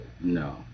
no